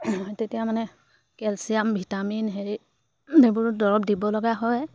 তেতিয়া মানে calcium vitamin হেৰি এইবোৰ দৰৱ দিব লগা হয়